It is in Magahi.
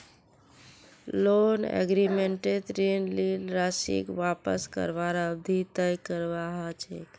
लोन एग्रीमेंटत ऋण लील राशीक वापस करवार अवधि तय करवा ह छेक